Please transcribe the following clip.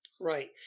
Right